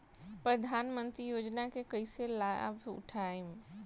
प्रधानमंत्री योजना के कईसे लाभ उठाईम?